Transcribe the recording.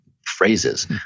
phrases